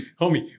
homie